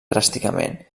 dràsticament